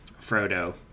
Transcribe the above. Frodo